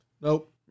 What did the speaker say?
Nope